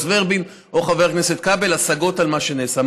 ורבין או לחבר הכנסת כבל השגות על מה שנעשה.